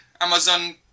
Amazon